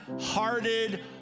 hearted